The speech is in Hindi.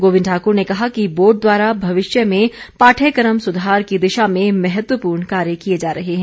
गोविंद ठाक्र ने कहा कि बोर्ड द्वारा भविष्य में पाठयक्रम सुधार की दिशा में महत्वपूर्ण कार्य किए जा रहे हैं